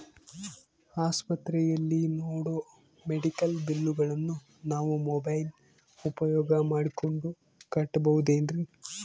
ಆಸ್ಪತ್ರೆಯಲ್ಲಿ ನೇಡೋ ಮೆಡಿಕಲ್ ಬಿಲ್ಲುಗಳನ್ನು ನಾವು ಮೋಬ್ಯೆಲ್ ಉಪಯೋಗ ಮಾಡಿಕೊಂಡು ಕಟ್ಟಬಹುದೇನ್ರಿ?